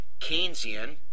Keynesian